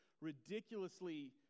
ridiculously